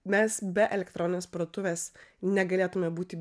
mes be elektroninės parduotuvės negalėtume būti